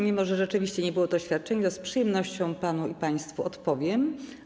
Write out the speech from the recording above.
Mimo że rzeczywiście nie było to oświadczenie, z przyjemnością panu i państwu odpowiem.